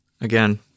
Again